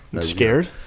Scared